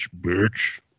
bitch